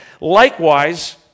Likewise